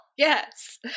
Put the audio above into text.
Yes